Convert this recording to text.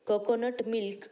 coconut milk